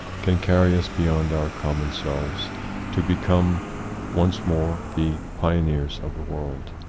can carry us beyond our common selves to become once more the pio neers of the world,